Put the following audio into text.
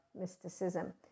mysticism